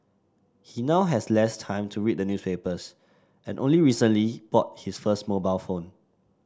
he now has less time to read the newspapers and only recently bought his first mobile phone